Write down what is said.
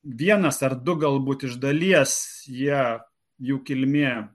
vienas ar du galbūt iš dalies ją jų kilmė